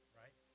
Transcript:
right